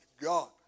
God